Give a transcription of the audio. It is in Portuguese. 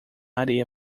areia